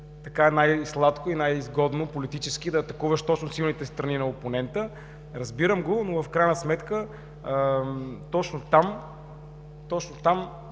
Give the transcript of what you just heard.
така е най-сладко и най-изгодно – да атакуваш политически точно силните страни на опонента. Разбирам го, но в крайна сметка точно там,